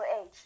age